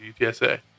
UTSA